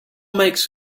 makes